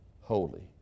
holy